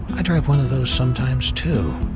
i drive one of those sometimes, too.